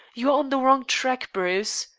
you are on the wrong track, bruce.